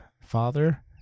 father